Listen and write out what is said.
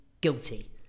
guilty